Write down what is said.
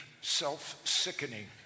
self-sickening